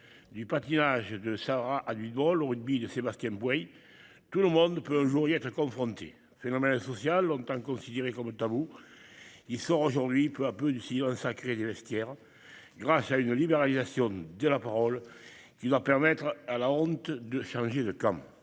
du patinage de Sarah a du rugby de Sébastien Boyer, tout le monde peut un jour y être confronté, phénomène social. Longtemps considéré comme tabou. Il sort aujourd'hui peu à peu d'un sacré des vestiaires. Grâce à une libéralisation de la parole qui doit permettre à la honte de changer de comme.